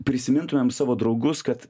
prisimintumėm savo draugus kad